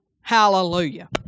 Hallelujah